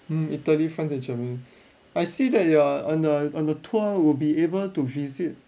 hmm italy france and germany I see that you are on the on the tour will be able to visit